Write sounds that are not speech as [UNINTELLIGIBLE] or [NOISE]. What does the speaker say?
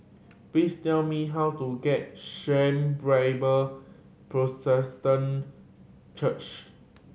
please tell me how to get Shalom Bible [UNINTELLIGIBLE] Church